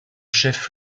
chef